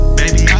baby